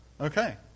Okay